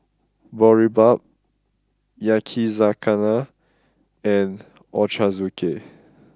Boribap Yakizakana and Ochazuke